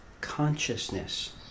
consciousness